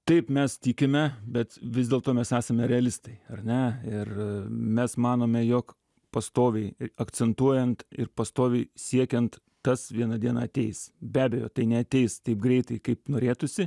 taip mes tikime bet vis dėlto mes esame realistai ar ne ir mes manome jog pastoviai akcentuojant ir pastoviai siekiant tas vieną dieną ateis be abejo tai neateis taip greitai kaip norėtųsi